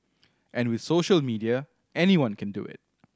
and with social media anyone can do it